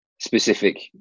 specific